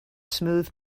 smooth